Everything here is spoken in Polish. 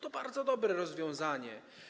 To bardzo dobre rozwiązanie.